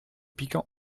piquant